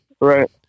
Right